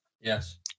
Yes